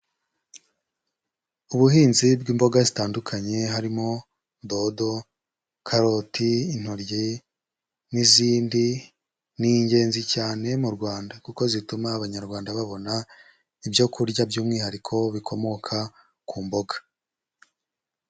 Ubuhinzi bw'imboga zitandukanye harimo: dodo, karoti, intoryi n'izindi ni ingenzi cyane mu Rwanda kuko zituma Abanyarwanda babona ibyo kurya by'umwihariko bikomoka ku mboga.